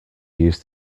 use